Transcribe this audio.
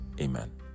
Amen